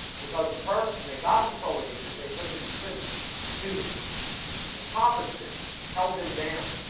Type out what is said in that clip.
because the turk when they got control of egypt, they put them in tribute to them impoverished them held them down